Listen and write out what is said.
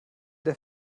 der